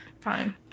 fine